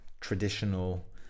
traditional